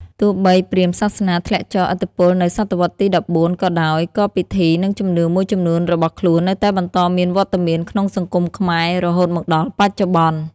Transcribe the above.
ទោះបីព្រាហ្មណ៍សាសនាធ្លាក់ចុះឥទ្ធិពលនៅសតវត្សរ៍ទី ១៤ ក៏ដោយ ក៏ពិធី និងជំនឿមួយចំនួនរបស់ខ្លួននៅតែបន្តមានវត្តមានក្នុងសង្គមខ្មែររហូតមកដល់បច្ចុប្បន្ន។